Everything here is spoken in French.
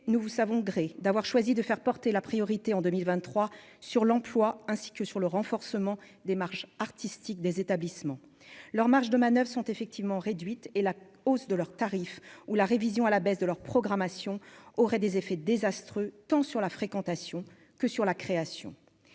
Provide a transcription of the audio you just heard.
nous vous savons gré d'avoir choisi de faire porter la priorité en 2023 sur l'emploi ainsi que sur le renforcement des marges artistiques des établissements leurs marges de manoeuvre sont effectivement réduites et la hausse de leurs tarifs ou la révision à la baisse de leur programmation aurait des effets désastreux tant sur la fréquentation que sur la création,